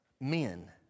men